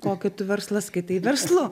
kokį tu verslą skaitai verslu